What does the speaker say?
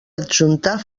adjuntar